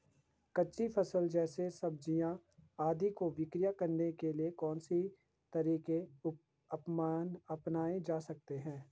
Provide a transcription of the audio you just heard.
कच्ची फसल जैसे सब्जियाँ आदि को विक्रय करने के लिये कौन से तरीके अपनायें जा सकते हैं?